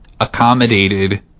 accommodated